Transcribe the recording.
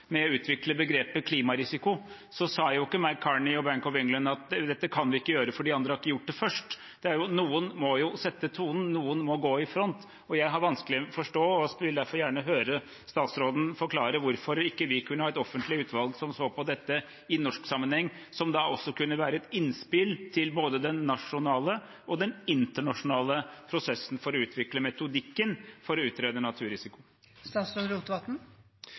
med å utvikle begrepet «klimarisiko», sa jo ikke Mark Carney og Bank of England at dette kan vi ikke gjøre, for de andre har ikke gjort det først. Noen må jo sette tonen. Noen må gå i front. Jeg har vanskelig for å forstå det og vil derfor gjerne høre statsråden forklare hvorfor ikke vi kunne ha et offentlig utvalg som så på dette i norsk sammenheng, som også kunne være et innspill til både den nasjonale og den internasjonale prosessen med å utvikle metodikken for å utrede